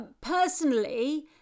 personally